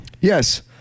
yes